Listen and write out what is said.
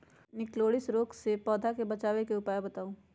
निककरोलीसिस रोग से पौधा के बचाव के उपाय बताऊ?